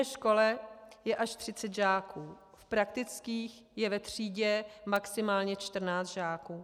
V běžné škole je až 30 žáků, v praktických je ve třídě maximálně 14 žáků.